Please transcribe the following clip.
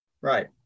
Right